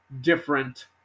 different